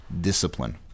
discipline